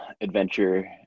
adventure